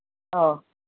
ꯑꯧ